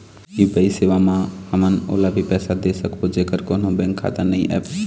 UPI सेवा म हमन ओला भी पैसा दे सकबो जेकर कोन्हो बैंक खाता नई ऐप?